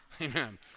Amen